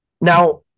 Now